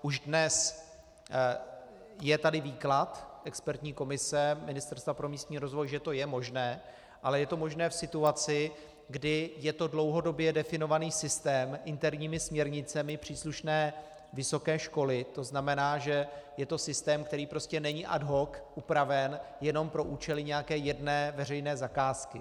Už dnes je tady výklad expertní komise Ministerstva pro místní rozvoj, že to je možné, ale je to možné v situaci, kdy je to dlouhodobě definovaný systém interními směrnicemi příslušné vysoké školy, to znamená, že je to systém, který prostě není ad hoc upraven jenom pro účely nějaké jedné veřejné zakázky.